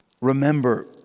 remember